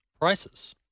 prices